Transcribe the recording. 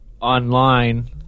online